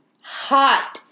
Hot